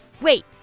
Wait